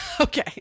okay